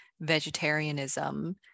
vegetarianism